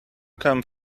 come